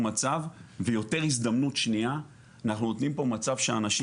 ויותר הזדמנות שנייה אנחנו עושים פה מצב שאנשים